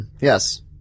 yes